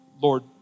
Lord